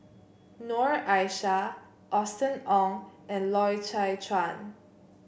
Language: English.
Noor Aishah Austen Ong and Loy Chye Chuan